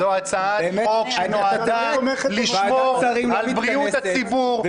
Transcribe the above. זו הצעת חוק שנועדה לשמור על בריאות הציבור,